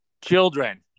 children